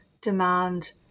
demand